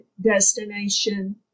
destination